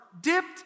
dipped